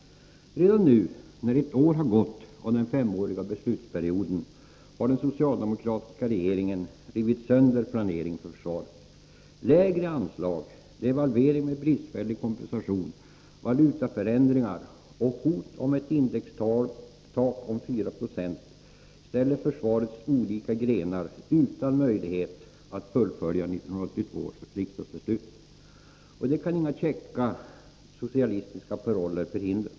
Redan nu, när ett år har gått av den femåriga beslutsperioden, har den socialdemokratiska regeringen rivit sönder planeringen för försvaret. Lägre anslag, devalvering med bristfällig kompensation, valutaförändringar och hot om ett indextak på 4 9 ställer försvarets olika grenar utan möjlighet att fullfölja 1982 års riksdagsbeslut. Detta kan inga käcka socialistiska paroller förhindra.